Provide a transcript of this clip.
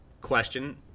question